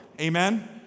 Amen